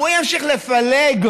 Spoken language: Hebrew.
הוא ימשיך לפלג,